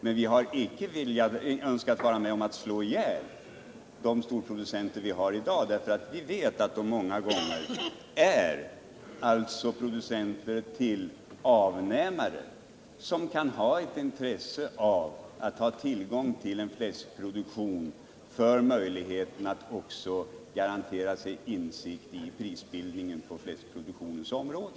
Men vi har icke önskat vara med om att slå ihjäl de storproducenter vi har i dag, därför att vi vet att de många gånger är producenter till avnämare som kan ha ett intresse av att ha tillgång till fläskproduktion för att garantera sig insikt i prisbildningen på fläskproduktionens område.